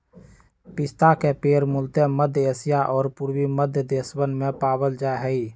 पिस्ता के पेड़ मूलतः मध्य एशिया और पूर्वी मध्य देशवन में पावल जा हई